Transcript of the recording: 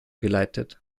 geleitet